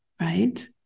right